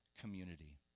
community